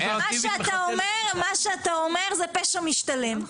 מה שאתה אומר זה פשע משתלם.